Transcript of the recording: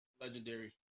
Legendary